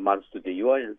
man studijuojant